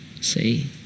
See